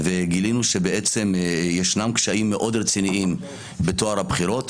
גילינו שבעצם ישנם קשיים מאוד רציניים בטוהר הבחירות.